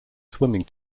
swimming